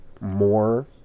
more